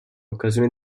occasione